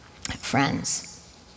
Friends